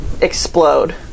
explode